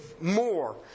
more